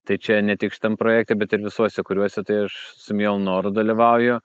tai čia ne tik šitam projekte bet ir visuose kuriuose tai aš su mielu noru dalyvauju